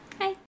Hi